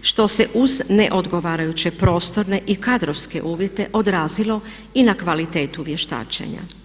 što se uz neodgovarajuće prostorne i kadrovske uvjete odrazilo i na kvalitetu vještačenja.